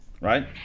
right